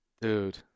dude